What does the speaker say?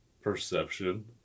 perception